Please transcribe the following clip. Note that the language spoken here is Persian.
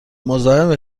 مزاحم